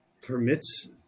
permits